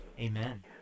Amen